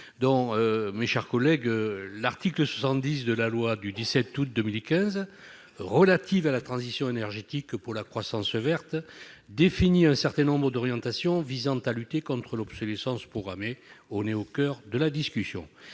dans un élan unanime ! L'article 70 de la loi du 17 août 2015 relative à la transition énergétique pour la croissance verte définit un certain nombre d'orientations visant à lutter contre l'obsolescence programmée. Il prévoit un certain